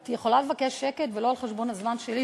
את יכולה לבקש שקט ולא על חשבון הזמן שלי,